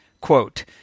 Quote